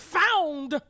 found